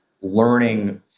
learning